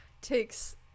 takes